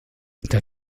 der